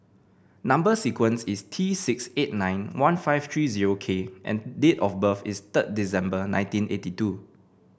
number sequence is T six eight nine one five three zero K and date of birth is third December nineteen eighty two